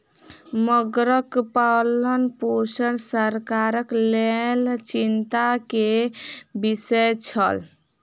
मगरक पालनपोषण सरकारक लेल चिंता के विषय छल